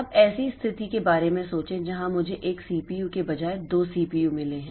अब ऐसी स्थिति के बारे में सोचें जहां मुझे 1 सीपीयू के बजाय 2 सीपीयू मिले हैं